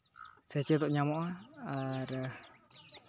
ᱥᱮᱪᱮᱫᱚᱜ ᱧᱟᱢᱚᱜᱼᱟ ᱟᱨ